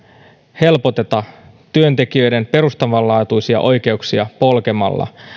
helpoteta työntekijöiden perustavanlaatuisia oikeuksia polkemalla